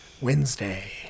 Wednesday